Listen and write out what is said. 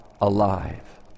alive